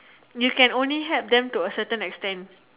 you can only help them to a certain extent